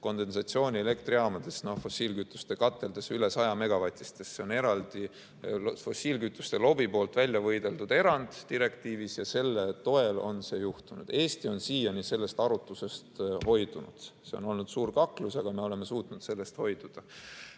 kondensatsiooni elektrijaamades, fossiilkütuste kateldes, üle 100-megavatistes. See on fossiilkütuste lobi poolt välja võideldud erand direktiivis ja selle toel on see juhtunud. Eesti on siiani sellest arutusest hoidunud. See on olnud suur kaklus, aga me oleme suutnud sellest hoiduda.